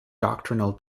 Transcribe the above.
doctrinal